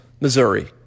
Missouri